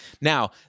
Now